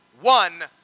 one